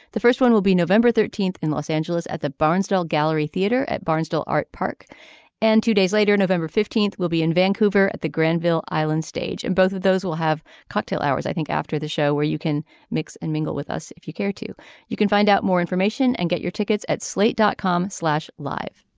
the first one will be november thirteenth in los angeles at the barnstable gallery theater at barnstable art park and two days later november fifteenth will be in vancouver at the granville island stage and both of those will have cocktail hours i think after the show where you can mix and mingle with us. if you care to you can find out more information and get your tickets at slate dot com slash live.